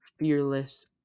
Fearless